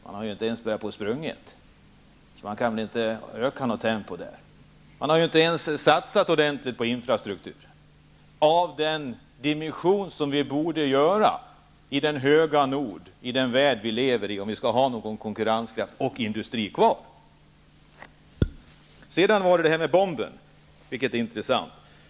Man har ju inte ens börjat springa, då kan man väl inte öka tempot. Man har ju inte satsat på infrastruktur av den dignitet som vi borde om vi skall ha någon konkurrenskraft och industri kvar. Frågan om arbetslöshetsbomben är intressant.